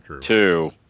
two